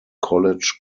college